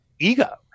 ego